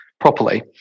properly